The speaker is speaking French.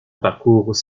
parcours